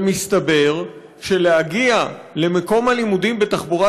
ומסתבר שלהגיע למקום הלימודים בתחבורה